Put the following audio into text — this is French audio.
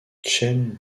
chen